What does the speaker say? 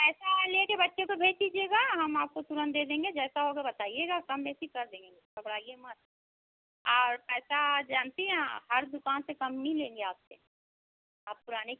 पैसा लेकर बच्चे को भेज दीजिएगा हम आपको तुरन्त दे देंगे जैसा होगा बताइएगा कम बेसी कर देंगे घबराइए मत और पैसा जानती हैं हर दुकान से कम ही लेंगे आपसे आप पुराने